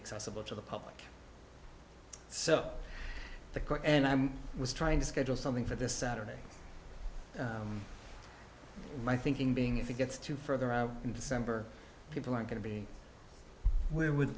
accessible to the public so the quote and i'm was trying to schedule something for this saturday my thinking being if it gets to further out in december people are going to be where would